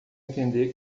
entender